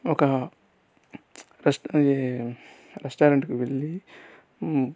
ఒక రెస్టా ఈ రెస్టారెంట్కి వెళ్లి